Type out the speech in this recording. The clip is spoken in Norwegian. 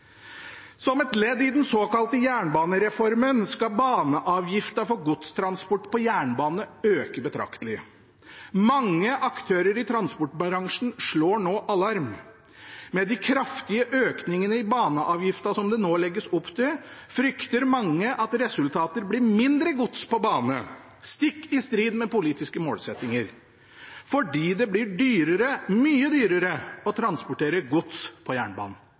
Som et ledd i den såkalte jernbanereformen, skal baneavgiftene for godstransport på jernbane øke betraktelig. Mange aktører i transportbransjen slår nå alarm. Med de kraftige økningene i baneavgiftene som det nå legges opp til, frykter mange at resultatet blir mindre gods på bane – stikk i strid med politiske målsettinger – fordi det blir dyrere, mye dyrere, å transportere gods på jernbanen.